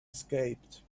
escaped